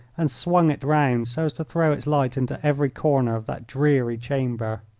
and swung it round so as to throw its light into every corner of that dreary chamber.